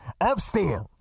upstairs